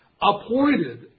appointed